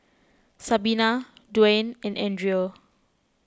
Sabina Duane and andrea